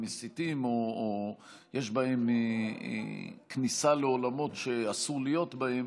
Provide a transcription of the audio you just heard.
מסיתים או יש בהם כניסה לעולמות שאסור להיות בהם